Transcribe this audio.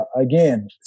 again